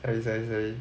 sorry sorry sorry